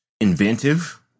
inventive